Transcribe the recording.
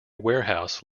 warehouse